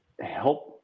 help